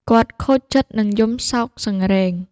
គាត់ខូចចិត្ត និងយំសោកសង្រេង។